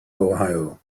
ohio